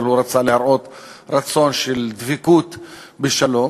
אבל הוא רצה להראות רצון של דבקות בשלום.